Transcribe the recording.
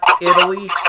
italy